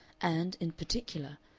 and, in particular,